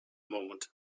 moment